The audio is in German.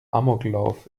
amoklauf